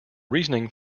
reasoning